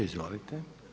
Izvolite.